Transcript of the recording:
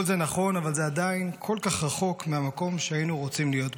כל זה נכון אבל זה עדיין כל כך רחוק מהמקום שהיינו רוצים להיות בו.